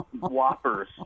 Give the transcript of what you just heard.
whoppers